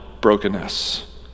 brokenness